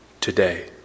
Today